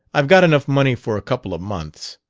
i've got enough money for a couple of months.